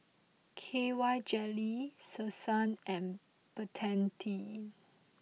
K Y Jelly Selsun and Betadine